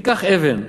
ניקח אבן,